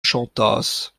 chantasse